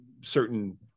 certain